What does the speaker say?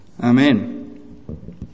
Amen